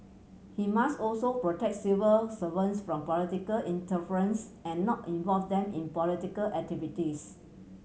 he must also protect civil servants from political interference and not involve them in political activities